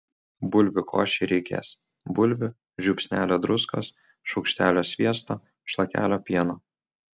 bulvių košei reikės bulvių žiupsnelio druskos šaukštelio sviesto šlakelio pieno